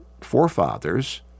forefathers